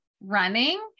running